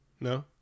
No